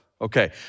Okay